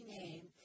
name